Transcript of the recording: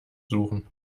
suchen